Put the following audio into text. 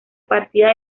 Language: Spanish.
partida